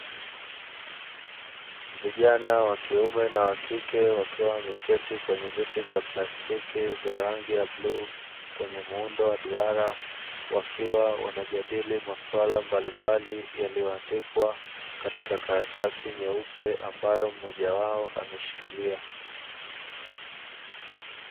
Vijana wa kiume na kike wakiwa wameketi kwenye viti vya plastiki vyenye rangi ya bluu wenye muundo wa duara, wakiwa wanajadili masuala mbalimbali yaliyowateka katika karatasi nyeupe ambayo mmoja wao ameshikilia.